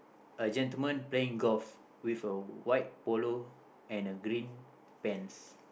a gentlemen playing golf with a white polo and a green pants